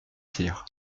cyr